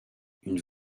une